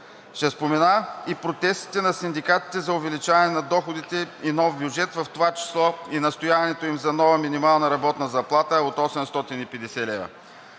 Ще спомена и протестите на синдикатите за увеличаване на доходите и нов бюджет, в това число и настояването им за нова минимална работна заплата от 850 лв.